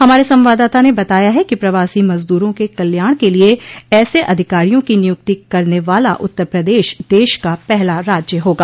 हमारे संवाददाता ने बताया है कि प्रवासी मजदूरों के कल्याण के लिए ऐसे अधिकारियों की नियुक्ति करने वाला उत्तर प्रदेश देश का पहला राज्य होगा